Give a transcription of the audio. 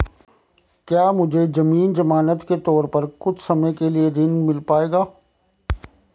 क्या मुझे ज़मीन ज़मानत के तौर पर कुछ समय के लिए ऋण मिल पाएगा?